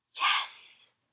yes